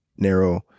Narrow